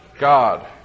God